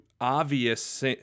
obvious